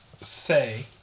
say